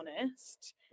honest